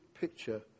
picture